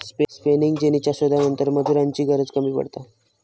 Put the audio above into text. spinning जेनीच्या शोधानंतर मजुरांची गरज कमी पडता